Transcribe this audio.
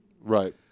Right